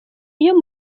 iyo